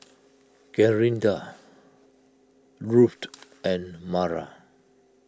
Clarinda Ruthe and Mara